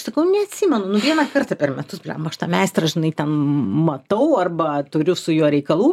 sakau neatsimenu nu vieną kartą per metus bliamba aš tą meistrą žinai ten matau arba turiu su juo reikalų